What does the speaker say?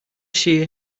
şeyi